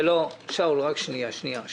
רק שנייה, שנייה.